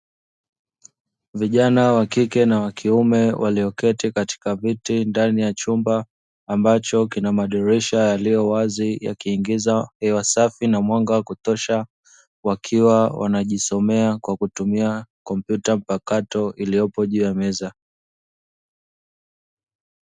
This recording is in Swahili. Vijana wakike na wakiume walioketi katika viti ndani ya chumba, ambacho kina madirisha yaliyo wazi yakiingiza hewa safi na mwanga wa kutosha, wakiwa wanajisomea kwa kutumia kompyuta mpakato iliyopo juu ya meza.